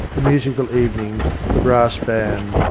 the musical evenings, the brass band,